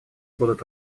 будут